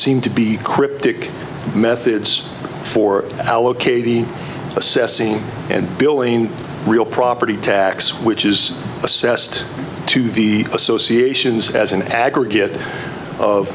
seemed to be cryptic methods for allocating assessing and billing the real property tax which is assessed to the associations as an aggregate of